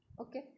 okay